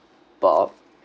bob